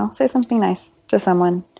um say something nice to someone.